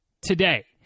today